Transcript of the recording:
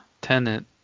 Tenant